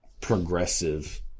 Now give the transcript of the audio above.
progressive